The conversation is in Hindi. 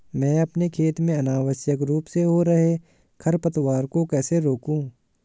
मैं अपने खेत में अनावश्यक रूप से हो रहे खरपतवार को कैसे रोकूं?